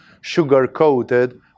sugar-coated